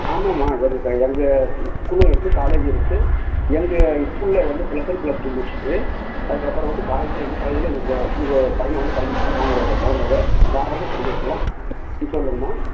ஆமாம்மா எங்கள் எங்கள் ஸ்கூலும் இருக்குது காலேஜும் இருக்குது எங்கள் ஸ்கூலில் வந்து ப்ளஸ் ஒன் ப்ளஸ் டூ முடிச்சுட்டு அதுக்கு அப்புறம் வந்து காலேஜில் எங்கள் காலேஜுலேயே உங்கள் உங்கள் பையனை வந்து படிக்க வைக்கலாம் அம்மா உங்கள் கொழந்தைய தாராளமாக படிக்க வைக்கலாம் ம் சொல்லுங்கம்மா